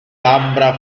labbra